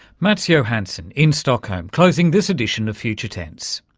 mats johansson in stockholm, closing this edition of future tense.